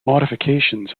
modifications